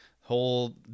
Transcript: whole